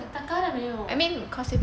taka 的没有